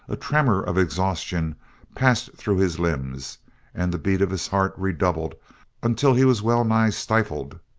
a tremor of exhaustion passed through his limbs and the beat of his heart redoubled until he was well-nigh stifled.